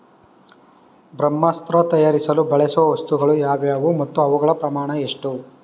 ಬ್ರಹ್ಮಾಸ್ತ್ರ ತಯಾರಿಸಲು ಬಳಸುವ ವಸ್ತುಗಳು ಯಾವುವು ಮತ್ತು ಅವುಗಳ ಪ್ರಮಾಣ ಎಷ್ಟು?